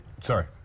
Sorry